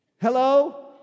Hello